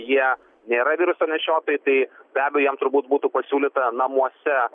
jie nėra viruso nešiotojai tai be abejo jiem turbūt būtų pasiūlyta namuose